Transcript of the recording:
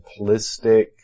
simplistic